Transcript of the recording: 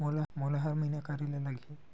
मोला हर महीना करे ल लगही?